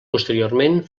posteriorment